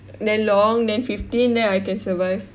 then long then fifteen then I can survive